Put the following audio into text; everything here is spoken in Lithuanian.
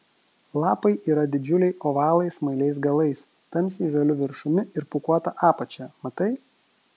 lapai yra didžiuliai ovalai smailais galais tamsiai žaliu viršumi ir pūkuota apačia matai